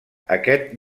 aquest